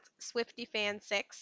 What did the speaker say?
SwiftyFan6